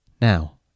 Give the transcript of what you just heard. Now